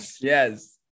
yes